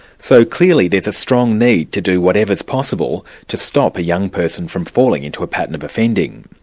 so clearly there's a strong need to do whatever's possible to stop a young person from falling into a pattern of offending.